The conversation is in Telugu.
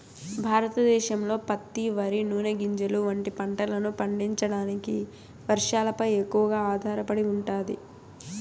భారతదేశంలో పత్తి, వరి, నూనె గింజలు వంటి పంటలను పండించడానికి వర్షాలపై ఎక్కువగా ఆధారపడి ఉంటాది